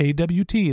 AWT